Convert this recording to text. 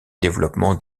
développement